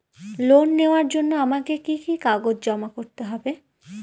Loan নেওয়ার জন্য আমাকে কি কি কাগজ জমা করতে হবে?